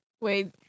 Wait